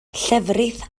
llefrith